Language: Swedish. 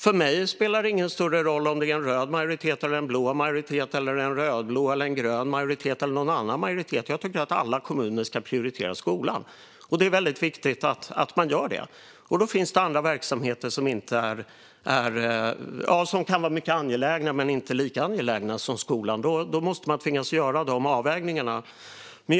För mig spelar det ingen större roll om det är en röd majoritet, en blå majoritet, en rödblå majoritet, en grön majoritet eller någon annan majoritet. Jag tycker att alla kommuner ska prioritera skolan. Och det är väldigt viktigt att de gör det. Då finns det andra verksamheter som kan vara mycket angelägna men inte lika angelägna som skolan. Då måste man tvingas göra dessa avvägningar. Fru talman!